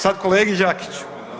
Sad kolegi Đakiću.